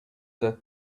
that